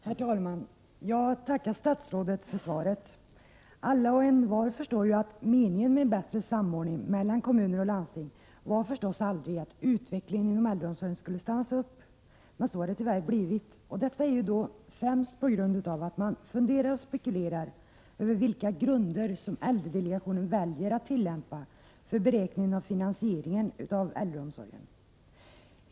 Herr talman! Jag tackar statsrådet för svaret. Alla och envar förstår ju att meningen med en bättre samordning mellan kommuner och landsting aldrig var att utvecklingen inom äldreomsorgen skulle stanna upp. Men så har det tyvärr blivit, främst på grund av att man funderar och spekulerar över vilka grunder som äldredelegationen väljer att tillämpa vid beräkningen av finansieringen av äldreomsorgen.